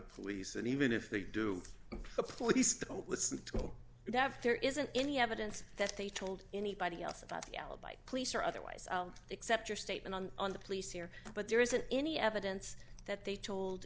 police and even if they do the police go with some tool that there isn't any evidence that they told anybody else about the alibi police or otherwise i'll accept your statement on on the police here but there isn't any evidence that they told